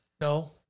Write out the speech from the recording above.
No